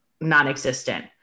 non-existent